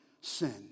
Sin